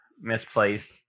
misplaced